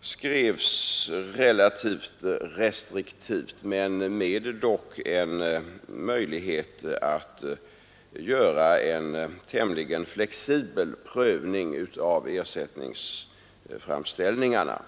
skrevs relativt restriktivt, dock med möjlighet att göra en tämligen flexibel prövning av ersättningsframställningarna.